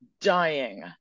dying